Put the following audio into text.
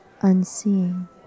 unseeing